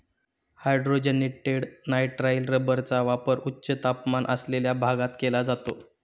hydrogenated nitrile रबरचा वापर उच्च तापमान असलेल्या भागात केला जातो